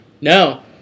No